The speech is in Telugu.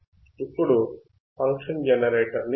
ఇప్పుడు ఫంక్షన్ జెనరేటర్ ని చూడంది